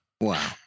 wow